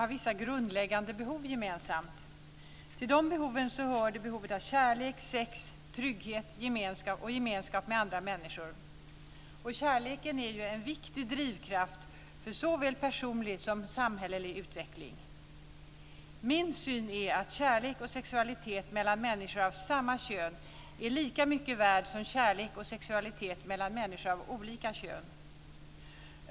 Kärleken är en viktig drivkraft för såväl personlig som samhällelig utveckling. Min syn är att kärlek och sexualitet mellan människor av samma kön är lika mycket värt som kärlek och sexualitet mellan människor av olika kön.